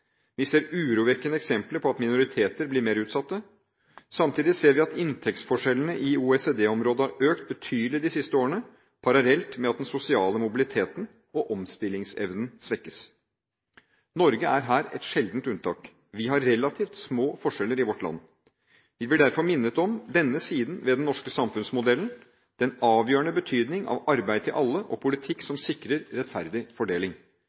Vi ser urovekkende eksempler på at minoriteter blir mer utsatte. Samtidig ser vi at inntektsforskjellene i OECD-området har økt betydelig de siste årene, parallelt med at den sosiale mobiliteten og omstillingsevnen svekkes. Norge er her et sjeldent unntak – vi har relativt små forskjeller i vårt land. Vi blir derfor minnet om denne siden ved den norske samfunnsmodellen, den avgjørende betydning av arbeid til alle og politikk som sikrer rettferdig fordeling.